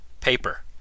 paper